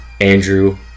Andrew